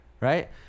right